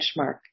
benchmark